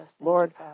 lord